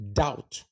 doubt